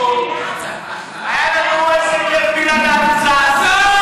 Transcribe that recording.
איזה כיף היה לנו בלעדיו, קצת.